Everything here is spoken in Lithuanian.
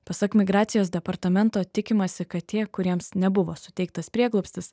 pasak migracijos departamento tikimasi kad tie kuriems nebuvo suteiktas prieglobstis